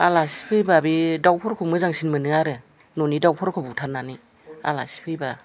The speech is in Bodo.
आलासि फैबा बे दाउफोरखौ मोजांसिन मोनो आरो न'नि दाउफोरखौ बुथारनानै आलासि फैबा